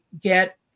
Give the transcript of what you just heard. get